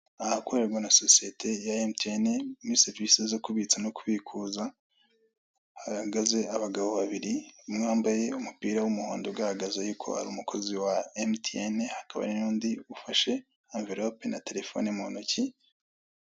Ahakorerwa na sosiyete ya emutiyene muri serivise zo kubitsa no kubikuza, hahagaze abagabo babiri, umwe wambaye umupira w'umuhondo ugaragaza yuko ari umukozi wa emutiyene, hakaba hari n'undi ufashe amverope na telefone mu ntoki.